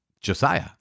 Josiah